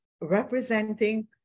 representing